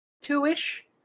two-ish